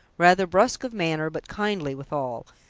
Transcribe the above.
rather brusque of manner but kindly withal,